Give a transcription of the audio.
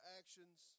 actions